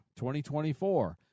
2024